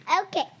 Okay